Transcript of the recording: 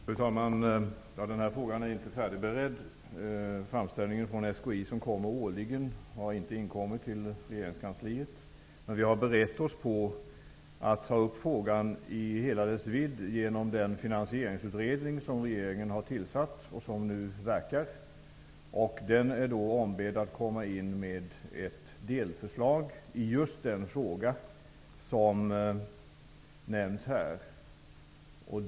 Fru talman! Den här frågan är inte färdigberedd. Framställningen från SKI som kommer årligen har inte inkommit till regeringskansliet, men vi har berett oss på att ta upp frågan i hela dess vidd genom den finansieringsutredning som regeringen har tillsatt och som nu verkar. Utredningen är ombedd att komma med ett delförslag i just den fråga som nämns här.